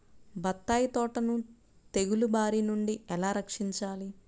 బత్తాయి తోటను తెగులు బారి నుండి ఎలా రక్షించాలి?